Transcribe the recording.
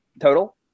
total